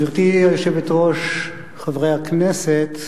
גברתי היושבת-ראש, חברי הכנסת,